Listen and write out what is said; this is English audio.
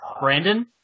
Brandon